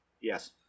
Yes